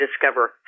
discover